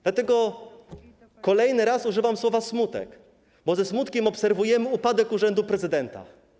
Dlatego kolejny raz używam słowa: smutek, bo ze smutkiem obserwujemy upadek urzędu prezydenta.